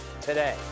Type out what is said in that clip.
today